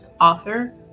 author